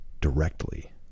directly